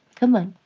come on,